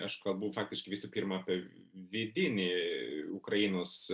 aš kalbu faktiškai visų pirma apie vidinį ukrainos